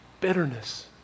bitterness